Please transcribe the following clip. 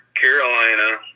Carolina